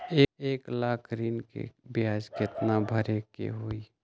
एक लाख ऋन के ब्याज केतना भरे के होई?